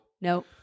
No